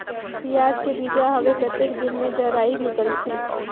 पियाज के बीजा हवे कतेक दिन मे जराई निकलथे?